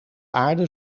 aarde